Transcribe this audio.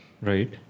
Right